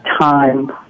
time